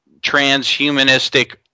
transhumanistic